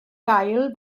gael